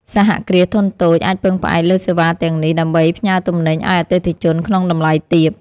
សហគ្រាសធុនតូចអាចពឹងផ្អែកលើសេវាទាំងនេះ ដើម្បីផ្ញើទំនិញឱ្យអតិថិជនក្នុងតម្លៃទាប។